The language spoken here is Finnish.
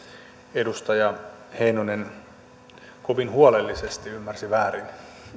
edustaja heinonen kovin huolellisesti ymmärsi väärin